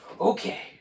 okay